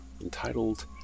entitled